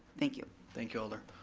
thank you. thank you alder.